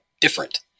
different